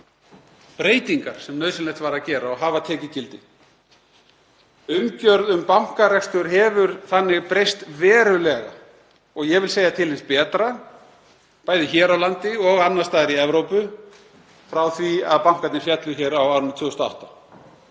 breytingar sem nauðsynlegt var að gera og hafa tekið gildi. Umgjörð um bankarekstur hefur þannig breyst verulega, og ég vil segja til hins betra, bæði hér á landi og annars staðar í Evrópu frá því að bankarnir féllu á árinu 2008.